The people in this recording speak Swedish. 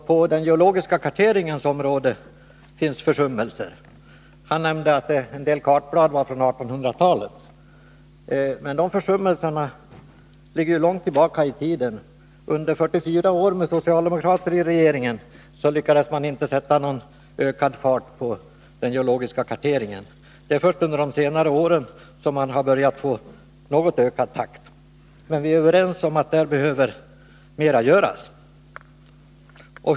På den geologiska karteringens område finns det försummelser. Han nämnde att en del kartblad var från 1800-talet, men de försummelserna ligger långt tillbaka i tiden. Under 44 år med socialdemokrater i regeringsställning lyckades man inte sätta ökad fart på den geologiska karteringen. Det är först under de senare åren som man har börjat få en något ökad takt. Men vi är överens om att det behöver göras mer.